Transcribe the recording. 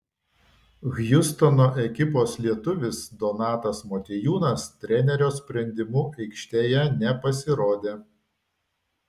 hjustono ekipos lietuvis donatas motiejūnas trenerio sprendimu aikštėje nepasirodė